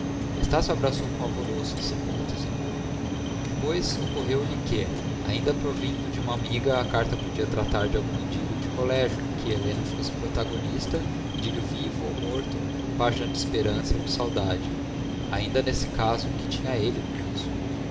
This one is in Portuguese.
seus estácio abraçou com alvoroço esta hipótese depois ocorreu-lhe que ainda provindo de uma amiga a carta podia tratar de algum idílio de colégio em que helena fosse protagonista idílio vivo ou morto página de esperança ou de saudade ainda nesse caso que tinha ele com isso